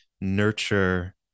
nurture